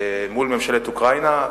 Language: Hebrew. מול ממשלת אוקראינה,